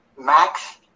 Max